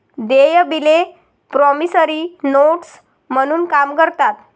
देय बिले promissory notes म्हणून काम करतात